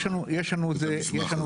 יש לנו את זה כתוב.